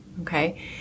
Okay